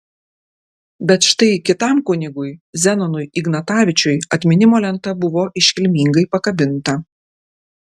bet štai kitam kunigui zenonui ignatavičiui atminimo lenta buvo iškilmingai pakabinta